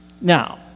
Now